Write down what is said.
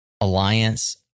alliance